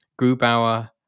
Grubauer